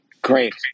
Great